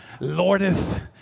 Lordeth